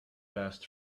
best